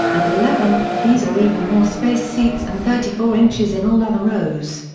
and eleven, these are even more space seats and thirty four inches in all other rows.